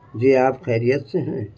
جی آپ خیریت سے ہیں